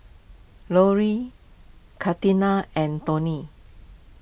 Loree Catina and Toni